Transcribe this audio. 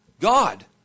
God